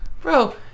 bro